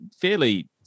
fairly